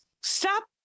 stop